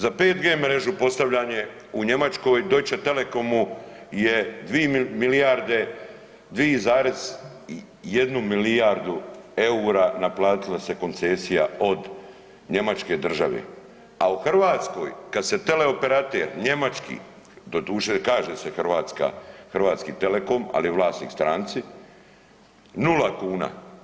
Za 5G mrežu postavljanje u Njemačkoj Deutsche telekomu je 2,1 milijardu eura naplatila se koncesija od Njemačke države, a u Hrvatskoj kada se teleoperater njemački, doduše kaže se Hrvatski telekom, ali je vlasnik stranci, nula kuna.